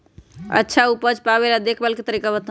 अच्छा उपज पावेला देखभाल के तरीका बताऊ?